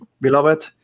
beloved